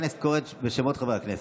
מזכיר הכנסת קורא בשמות חברי הכנסת.